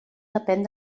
depèn